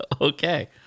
Okay